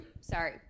sorry